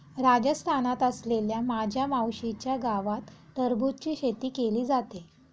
राजस्थानात असलेल्या माझ्या मावशीच्या गावात टरबूजची शेती केली जाते